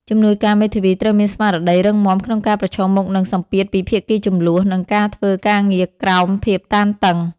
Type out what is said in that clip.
ជំនួយការមេធាវីត្រូវមានស្មារតីរឹងមាំក្នុងការប្រឈមមុខនឹងសម្ពាធពីភាគីជម្លោះ និងការធ្វើការងារក្រោមភាពតានតឹង។